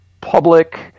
public